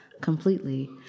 Completely